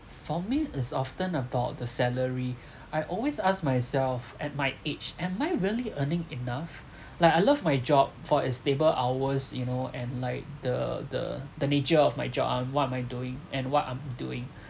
for me is often about the salary I always ask myself at my age am I really earning enough like I love my job for a stable hours you know and like the the the nature of my job ah what am I doing and what I'm doing